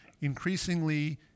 increasingly